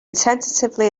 tentatively